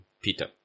Peter